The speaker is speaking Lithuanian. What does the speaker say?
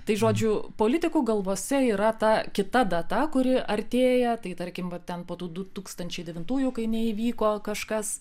tai žodžiu politikų galvose yra ta kita data kuri artėja tai tarkim vat ten po tų du tūkstančiai devintųjų kai neįvyko kažkas